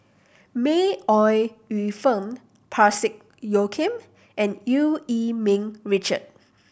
May Ooi Yu Fen Parsick Joaquim and Eu Yee Ming Richard